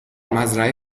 مزرعه